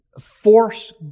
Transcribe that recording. force